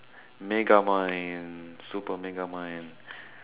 mega mind super mega mind